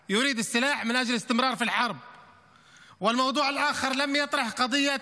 אדוני, ואחריו, יצחק פינדרוס.